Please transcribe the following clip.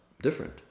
different